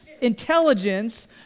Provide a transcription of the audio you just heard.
intelligence